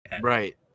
right